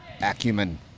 acumen